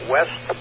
West